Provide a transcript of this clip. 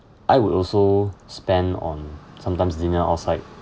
I would also spend on sometimes dinner outside